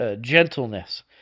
gentleness